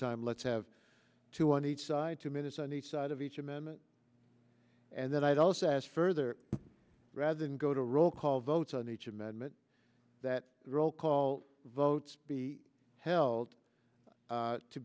time let's have two on each side two minutes on each side of each amendment and i'd also ask further rather than go to roll call votes on each amendment that the roll call votes be held